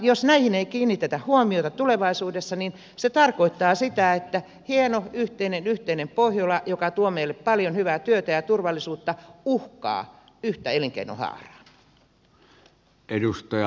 jos näihin ei kiinnitetä huomiota tulevaisuudessa niin se tarkoittaa sitä että hieno yhteinen pohjola joka tuo meille paljon hyvää työtä ja turvallisuutta uhkaa yhtä elinkeinohaaraa